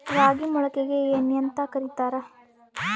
ರಾಗಿ ಮೊಳಕೆಗೆ ಏನ್ಯಾಂತ ಕರಿತಾರ?